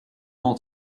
all